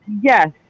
yes